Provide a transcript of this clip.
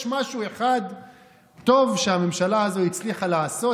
יש משהו אחד טוב שהממשלה הזאת הצליחה לעשות,